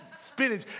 spinach